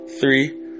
Three